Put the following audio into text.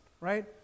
right